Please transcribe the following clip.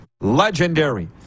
legendary